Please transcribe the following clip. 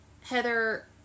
heather